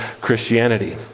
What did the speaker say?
Christianity